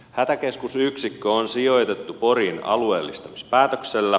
hätäkeskusyksikkö on sijoitettu poriin alueellistamispäätöksellä